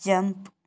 jump